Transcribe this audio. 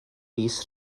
mis